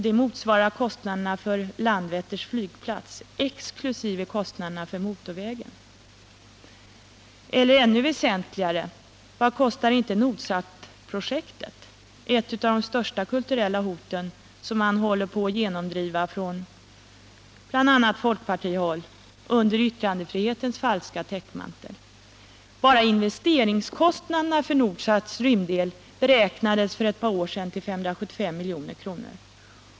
Det motsvarar kostnaderna för Landvetters flygplats. Exklusive kostnaderna för motorvägen.” Eller än väsentligare: Vad kostar inte Nordsatprojektet — ett av de största kulturella hoten, som man bl.a. från folkpartihåll håller på att genomdriva under yttrandefrihetens falska täckmantel? Bara investeringskostnaderna för Nordsats rymddel beräknades för ett par år sedan till 575 milj.kr.